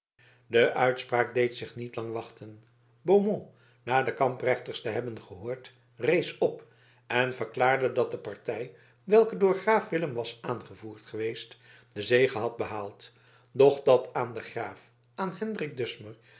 de uitspraak deed zich niet lang wachten beaumont na de kamprechters te hebben gehoord rees op en verklaarde dat de partij welke door graaf willem was aangevoerd geweest de zege had behaald doch dat aan den graaf aan hendrik dusmer